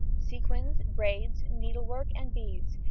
sequins, braids, needlework, and beads,